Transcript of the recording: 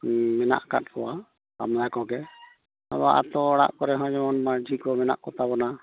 ᱢᱮᱱᱟᱜ ᱠᱟᱫ ᱠᱚᱭᱟ ᱟᱢᱭᱟ ᱠᱚᱜᱮ ᱟᱵᱚ ᱟᱛᱳ ᱚᱲᱟᱜ ᱠᱚᱨᱮᱦᱚ ᱡᱮᱢᱚᱱ ᱢᱟᱺᱡᱷᱤ ᱠᱚ ᱢᱮᱱᱟᱜ ᱠᱚᱛᱟᱵᱚᱱᱟ